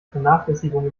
vernachlässigung